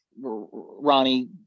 Ronnie